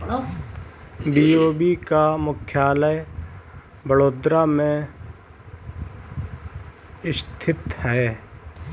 BOB का मुख्यालय बड़ोदरा में स्थित है